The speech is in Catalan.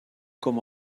com